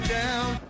down